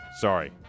sorry